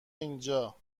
اینجا